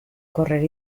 correr